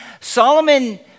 Solomon